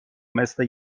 مثل